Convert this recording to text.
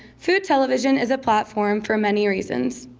food television is a platform for many reasons.